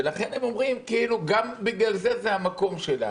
ולכן, הם אומרים כאילו גם בגלל זה המקום שלנו.